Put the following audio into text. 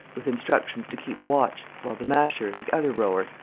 with instructions to keep watch, while the masher, the other rower,